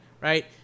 Right